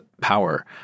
power